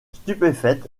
stupéfaite